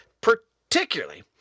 particularly